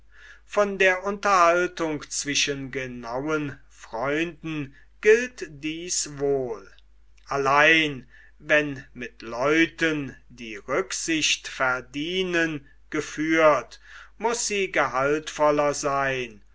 von der unterhaltung zwischen genauen freunden gilt dies wohl allein wann mit leuten die rücksicht verdienen geführt muß sie gehaltvoller seyn